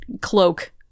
cloak